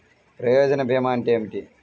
ప్రయోజన భీమా అంటే ఏమిటి?